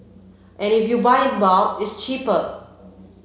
and if you buy in bulk it's cheaper